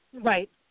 Right